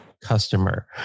customer